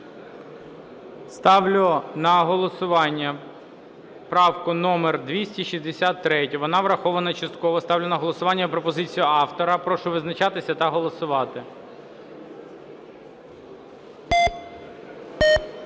Ставлю на голосування правку номер 263. Вона врахована частково. Ставлю на голосування пропозицію автора. Прошу визначатися та голосувати.